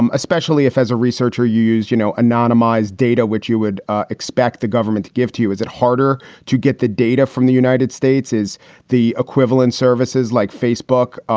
um especially if as a researcher you use, you know, anonymized data, which you would expect the government give to you. is it harder to get the data from the united states is the equivalent services like facebook?